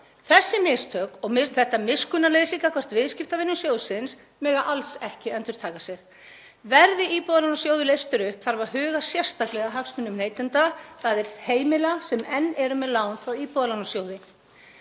Þessi mistök og þetta miskunnarleysi gagnvart viðskiptavinum sjóðsins má alls ekki endurtaka sig. Verði Íbúðalánasjóður leystur upp þarf að huga sérstaklega að hagsmunum neytenda, þ.e. heimila sem enn eru með lán frá Íbúðalánasjóði.